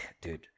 Dude